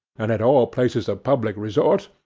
and at all places of public resort,